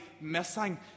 missing